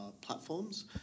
platforms